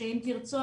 שאם תרצו,